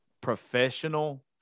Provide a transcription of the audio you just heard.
professional